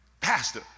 pastor